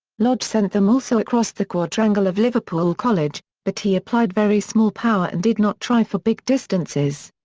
lodge sent them also across the quadrangle of liverpool college, but he applied very small power and did not try for big distances.